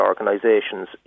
organisations